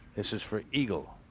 this is for eagle.